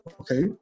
okay